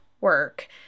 work